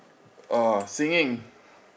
oh singing